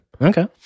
Okay